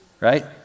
right